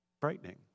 frightening